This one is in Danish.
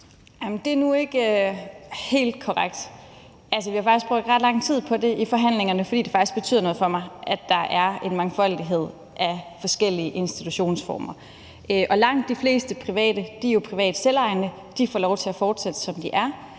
det er nu ikke helt korrekt. Altså, vi har faktisk brugt ret lang tid på det i forhandlingerne, fordi det faktisk betyder noget for os, at der er en mangfoldighed af forskellige institutionsformer. Og langt de fleste private institutioner er jo private selvejende, og de får lov til at fortsætte, som de er.